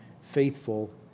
faithful